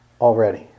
already